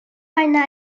arna